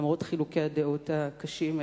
למרות חילוקי הדעות הקשים,